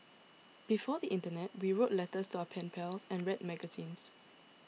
before the internet we wrote letters to our pen pals and read magazines